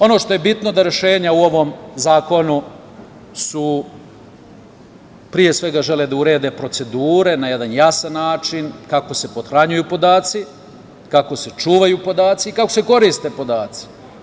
Ono što je bitno to je da rešenja u ovom zakonu pre svega žele da urede procedure na jedan jasan način, kako se pothranjuju podaci, kako se čuvaju podaci i kako se koristi podaci.